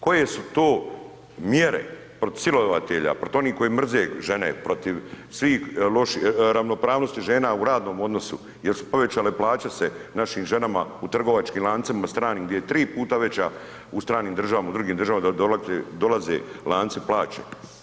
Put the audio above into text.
Koje su to mjere protiv silovatelja, protiv onih koji mrze žene, protiv svih loši, ravnopravnosti žena u radnom odnosu jel su povećale plaće se našim ženama u trgovačkim lancima stranim gdje je tri puta veća, u stranim državama, u drugim državama, da dolaze lanci plaće?